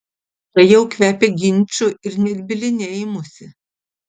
tai jau kvepia ginču ir net bylinėjimusi